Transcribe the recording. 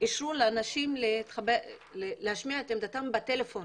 אישרו לאנשים להשמיע את עמדתם בטלפון.